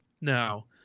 Now